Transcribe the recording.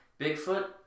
Bigfoot